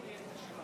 תקריא את השמות.